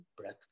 breath